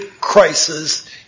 crisis